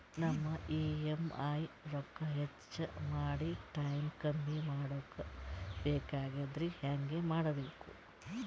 ನಮ್ಮ ಇ.ಎಂ.ಐ ರೊಕ್ಕ ಹೆಚ್ಚ ಮಾಡಿ ಟೈಮ್ ಕಮ್ಮಿ ಮಾಡಿಕೊ ಬೆಕಾಗ್ಯದ್ರಿ ಹೆಂಗ ಮಾಡಬೇಕು?